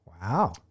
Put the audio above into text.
Wow